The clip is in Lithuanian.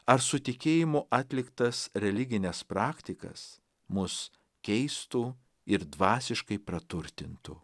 ar su tikėjimu atliktas religines praktikas mus keistų ir dvasiškai praturtintų